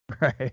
Right